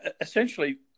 essentially